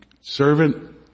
servant